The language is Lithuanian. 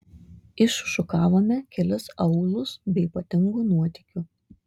iššukavome kelis aūlus be ypatingų nuotykių